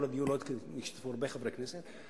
בכל הדיון לא השתתפו הרבה חברי כנסת,